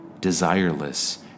desireless